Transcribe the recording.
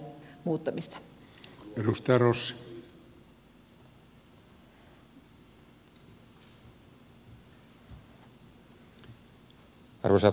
arvoisa puhemies